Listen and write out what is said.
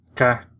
Okay